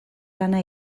lana